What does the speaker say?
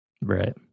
right